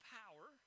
power